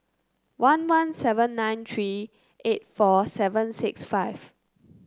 one one seven nine three eight four seven six five